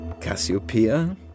Cassiopeia